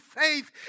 faith